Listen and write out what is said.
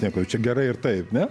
nieko čia gerai ir taip ne